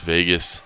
Vegas